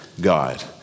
God